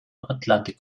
atlantik